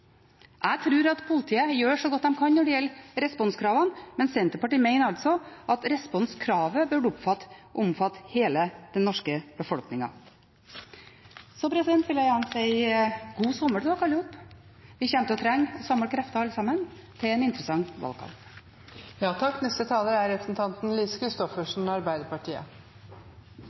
Jeg tror at politiet gjør så godt de kan når det gjelder responskravet, men Senterpartiet mener at responskravet bør omfatte hele den norske befolkningen. Så vil jeg gjerne si god sommer til alle sammen. Vi vil alle trenge å samle krefter til en interessant valgkamp.